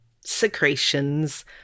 secretions